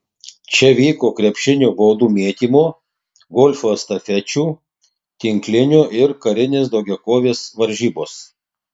čia vyko krepšinio baudų mėtymo golfo estafečių tinklinio ir karinės daugiakovės varžybos